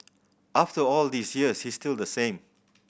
after all these years he's still the same